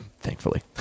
Thankfully